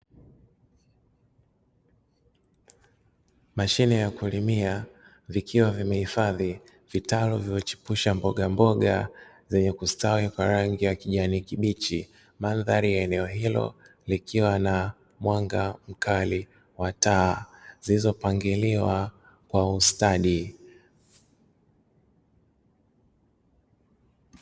Mashine ya kulimia vikiwa vimehifadhi vitalu viwechipusha mboga mboga zenye kustawi kwa rangi ya kijani kibichi. Mandhari ya eneo hilo likiwa na mwanga mkali wa taa zilizopangaliwa kwa ustadi.